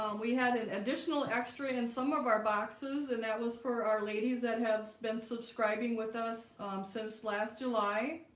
um we had an additional extra in some of our boxes and that was for our ladies that have been subscribing with us um since last july